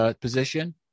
position